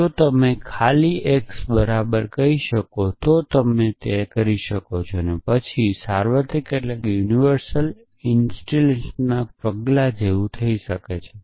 જો તમે ખાલી x બરાબર કહી શકો તો તમે તે કરી શકો છો અને પછી આ સાર્વત્રિક ઇન્સ્ટિટેશનના પગલા જેવું થઈ જશે